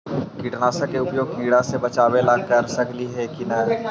कीटनाशक के उपयोग किड़ा से बचाव ल कर सकली हे की न?